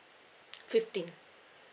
fifteen